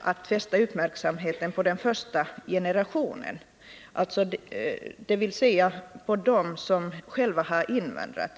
att fästa uppmärksamheten på den första generationen, dvs. på dem som själva har invandrat.